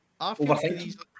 overthinking